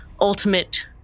ultimate